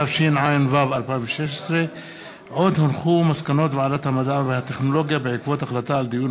התשע"ו 2016. מסקנות ועדת המדע והטכנולוגיה בעקבות דיון